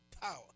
power